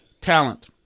talent